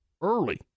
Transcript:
early